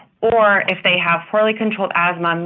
or if they have poorly controlled asthma,